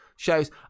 shows